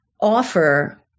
offer